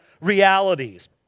realities